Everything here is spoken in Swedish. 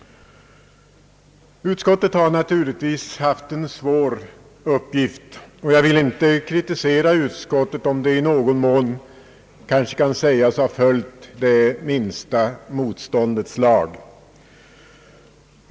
Utskottet har naturligtvis haft en svår uppgift, och jag vill inte kritisera utskottet om det i någon mån kan sägas ha följt minsta motståndets lag.